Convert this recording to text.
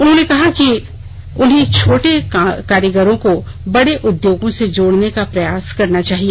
उन्होंने कहा कि उन्हें छोटे कारीगरों को बड़े उद्योगों से जोड़ने का प्रयास करना चाहिए